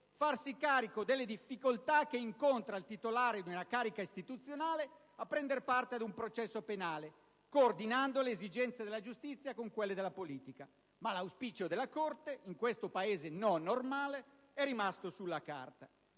farsi carico delle difficoltà che incontra il titolare di una carica istituzionale a prendere parte a un processo penale, coordinando le esigenze della giustizia con quelle della politica. Ma l'auspicio della Corte in questo Paese non normale è rimasto sulla carta.